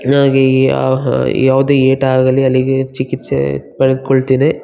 ನನಗೆ ಯಾ ಯಾವುದೇ ಏಟಾಗಲಿ ಅಲ್ಲಿಗೆ ಚಿಕಿತ್ಸೆ ಪಡೆದುಕೊಳ್ತೇನೆ